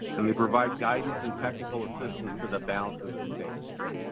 and they provide guidance and technical assistance to the balance of the state.